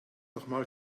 nochmal